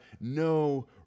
no